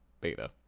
beta